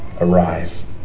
arise